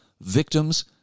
victims